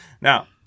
Now